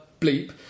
bleep